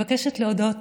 אני מבקשת להודות